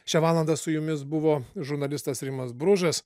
šią valandą su jumis buvo žurnalistas rimas bružas